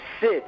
sit